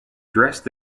dressed